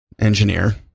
Engineer